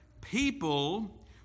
people